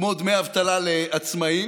כמו דמי אבטלה לעצמאים.